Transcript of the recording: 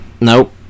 Nope